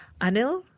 Anil